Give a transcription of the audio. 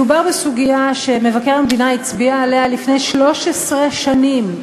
מדובר בסוגיה שמבקר המדינה הצביע עליה לפני 13 שנים,